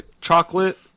chocolate